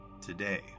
Today